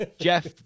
jeff